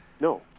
No